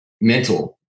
Mental